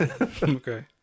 Okay